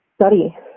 study